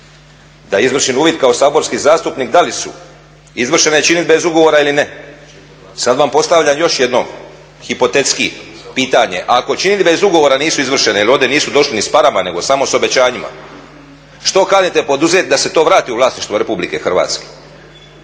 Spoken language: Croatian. da izvršim uvid kao saborski zastupnik da li su izvršene činidbe iz ugovora ili ne. Sad vam postavljam još jednom hipotetski pitanje, ako činidbe iz ugovora nisu izvršene, jer ovdje nisu došli ni s parama nego samo s obećanjima, što kanite poduzeti da se to vrati u vlasništvo RH?